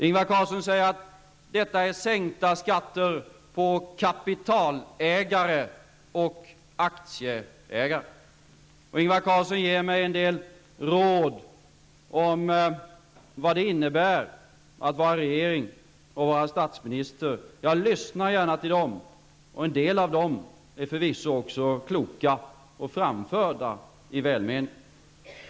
Ingvar Carlsson säger att detta är sänkta skatter för kapitalägare och aktieägare. Ingvar Carlsson ger mig en del råd och talar om vad det innebär att bilda regering och vara statsminister. Jag lyssnar gärna till dem, och en del av dem är förvisso också kloka och framförda i välmening.